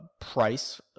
price